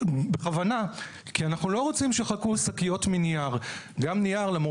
יש בייצור שלו או בשינוע שלו טביעת פחמן